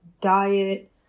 diet